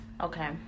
Okay